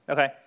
Okay